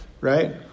right